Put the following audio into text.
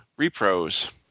repros